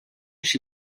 she